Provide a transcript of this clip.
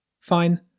Fine